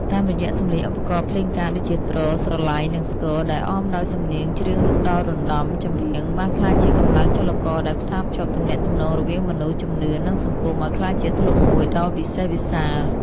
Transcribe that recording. តាមរយៈសម្លេងឧបករណ៍ភ្លេងការដូចជា ទ្រ ស្រឡៃ និងស្គរ ដែលអមដោយសំនៀងច្រៀងដ៏រណ្តំ ចម្រៀងបានក្លាយជាកម្លាំងចលករដែលផ្សារភ្ជាប់ទំនាក់ទំនងរវាងមនុស្ស ជំនឿ និងសង្គម ឱ្យក្លាយជាធ្លុងមួយដ៏វិសេសវិសាល។